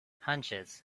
hunches